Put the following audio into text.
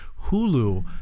Hulu